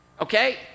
okay